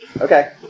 Okay